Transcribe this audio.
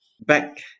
back